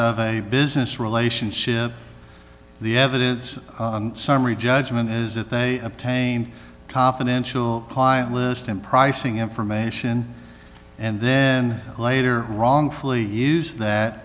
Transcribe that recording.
of a business relationship the evidence summary judgment is that they obtained confidential client list and pricing information and then later wrongfully use that